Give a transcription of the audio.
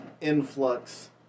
influx